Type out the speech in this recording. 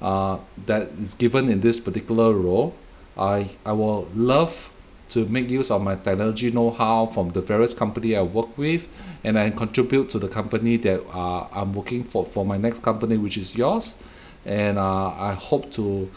uh that is given in this particular role I I will love to make use of my technology know-how from the various company I work with and I contribute to the company that uh I'm working for for my next company which is yours and uh I hope to